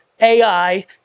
AI